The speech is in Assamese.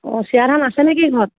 অঁ চিৰা ধান আছে নেকি ঘৰত